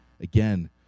Again